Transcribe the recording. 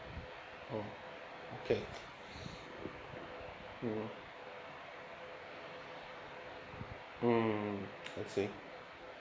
okay mm I see